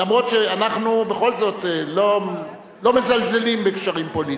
גם אם אנחנו בכל זאת לא מזלזלים בקשרים פוליטיים.